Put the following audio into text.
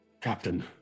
Captain